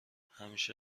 همیشه